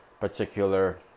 particular